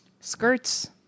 Skirts